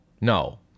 No